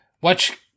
Watch